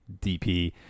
DP